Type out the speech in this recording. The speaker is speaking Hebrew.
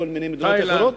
מכל מיני מדינות אחרות,